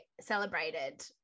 celebrated